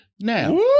Now